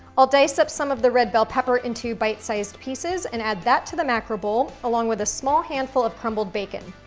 i'll dice up some of the red bell pepper into bite sized pieces and add that to the macro bowl, along with a small handful of crumbled bacon.